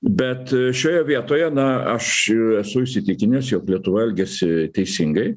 bet šioje vietoje na aš esu įsitikinęs jog lietuva elgiasi teisingai